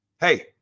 Hey